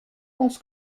pense